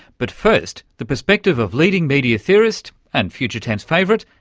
but first the perspective of leading media theorist, and future tense favourite,